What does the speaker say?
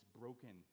broken